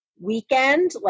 weekend